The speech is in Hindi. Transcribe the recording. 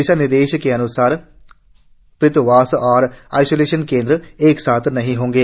दिशा निर्देशों के अन्सार पृथकवास और आइसोलेशन केन्द्र एक साथ नहीं होंगे